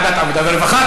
ועדת עבודה ורווחה.